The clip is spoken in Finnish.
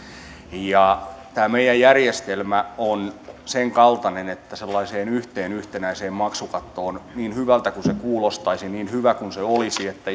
tämä meidän järjestelmä on sen kaltainen että sellaiseen yhteen yhtenäiseen maksukattoon niin hyvältä kuin se kuulostaisi niin hyvä kuin olisi että